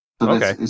Okay